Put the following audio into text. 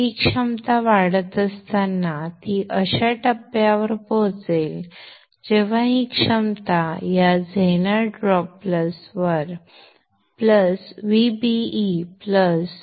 ही क्षमता वाढत असताना ती अशा टप्प्यावर पोहोचेल जेव्हा ही क्षमता या झेनर ड्रॉप प्लस Vbe 0